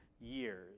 years